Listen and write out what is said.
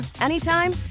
anytime